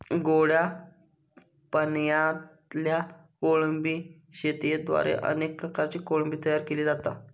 गोड्या पाणयातल्या कोळंबी शेतयेद्वारे अनेक प्रकारची कोळंबी तयार केली जाता